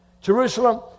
Jerusalem